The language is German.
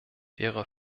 wäre